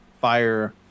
fire